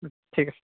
ঠিক আছে